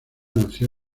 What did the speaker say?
nació